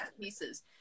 pieces